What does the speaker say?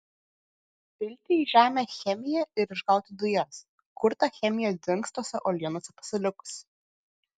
pilti į žemę chemiją ir išgauti dujas kur ta chemija dings tose uolienose pasilikusi